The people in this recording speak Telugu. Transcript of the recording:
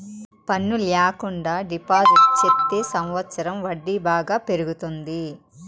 పన్ను ల్యాకుండా డిపాజిట్ చెత్తే సంవచ్చరం వడ్డీ బాగా పెరుగుతాది